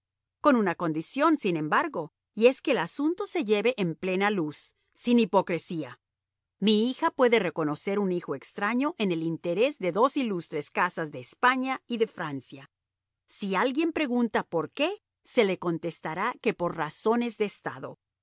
con una condición sin embargo y es que el asunto se lleve en plena luz sin hipocresía mi hija puede reconocer un hijo extraño en el interés de dos ilustres casas de españa y de francia si alguien pregunta por qué se le contestará que por razones de estado